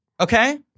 Okay